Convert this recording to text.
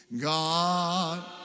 God